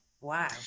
Wow